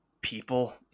people